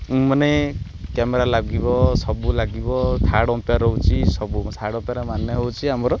ମାନେ କ୍ୟାମେରା ଲାଗିବ ସବୁ ଲାଗିବ ଥାର୍ଡ଼ ଅଂପେୟାର ହେଉଛି ସବୁ ଥାର୍ଡ଼ ଅଂପେୟାର ମାନ ହେଉଛି ଆମର